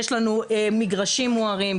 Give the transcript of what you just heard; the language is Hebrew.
יש לנו מגרשים מוארים,